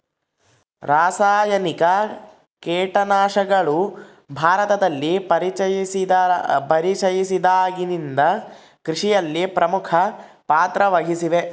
ರಾಸಾಯನಿಕ ಕೇಟನಾಶಕಗಳು ಭಾರತದಲ್ಲಿ ಪರಿಚಯಿಸಿದಾಗಿನಿಂದ ಕೃಷಿಯಲ್ಲಿ ಪ್ರಮುಖ ಪಾತ್ರ ವಹಿಸಿವೆ